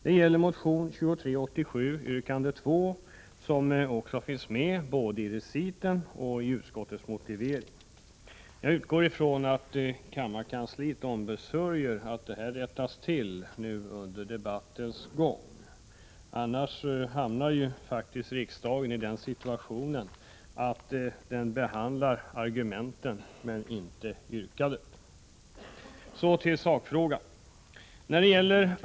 Det är fråga om motion 2387 yrkande 2 som finns med både i reciten och i utskottets motivering. Jag utgår från att kammarkansliet ombesörjer att detta rättas till under debattens gång. Annars hamnar faktiskt riksdagen i en situation där den behandlar argumenten men inte yrkandet. Så till sakfrågorna.